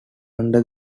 under